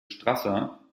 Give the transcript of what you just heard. strasser